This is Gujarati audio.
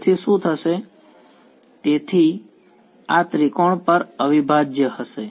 તેથી શું થશે તેથી આ ત્રિકોણ પર અવિભાજ્ય હશે